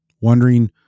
wondering